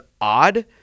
odd